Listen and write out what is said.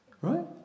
Right